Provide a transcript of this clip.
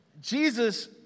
Jesus